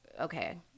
okay